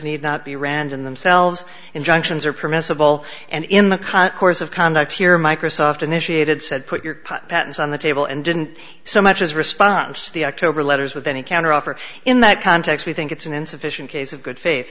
need not be random themselves injunctions are permissible and in the concourse of conduct here microsoft initiated said put your patents on the table and didn't so much as a response to the october letters with any counteroffer in that context we think it's an insufficient case of good faith